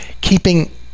keeping